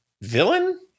villain